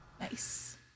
Nice